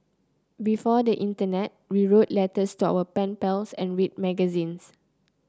before the internet we wrote letters to our pen pals and read magazines